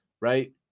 right